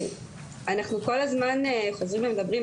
אנחנו כל הזמן חוזרים ומדברים,